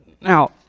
Now